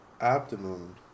optimum